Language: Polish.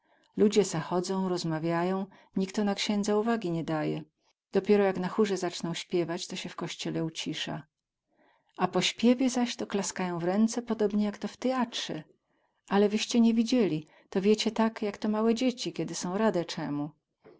ludzie se chodzą rozmawiają nikto na księdza uwagi nie daje dopiero jak na chórze zacną śpiewać to sie w kościele ucisa a po śpiewie zaś to klaskają w ręce podobnie jak to w tyjatrze ale wyście nie widzieli to wiecie tak jak to małe dzieci kiedy są rade cemu